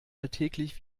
alltäglich